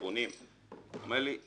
כיוונים- הוא אומר לי: